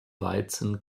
weizen